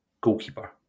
goalkeeper